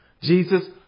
Jesus